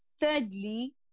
thirdly